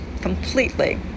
completely